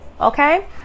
okay